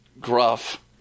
gruff